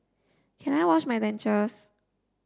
can I wash my dentures